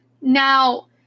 Now